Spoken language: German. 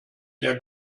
der